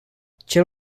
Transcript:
cel